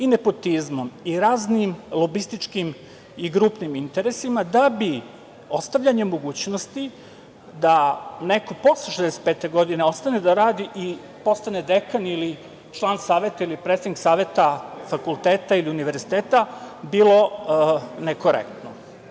i nepotizmom i raznim lobističkim i grupnim interesima, da bi ostavljanje mogućnosti da neko posle 65. godine ostane da radi i postane dekan ili član saveta ili predsednik saveta fakulteta ili univerziteta, bilo nekorektno.Međutim,